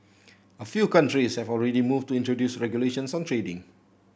a few countries have already moved to introduce regulations on trading